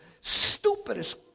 stupidest